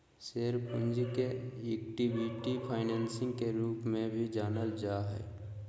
share पूंजी के equity financing के रूप में भी जानल जा हइ